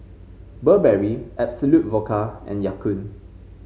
Burberry Absolut Vodka and Ya Kun